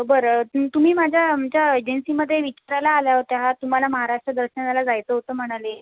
बरं तु तुम्ही माझ्या आमच्या एजन्सीमध्ये विचारायला आला होता हा तुम्हाला महाराष्ट्र दर्शनाला जायचं होतं म्हणाले